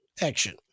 action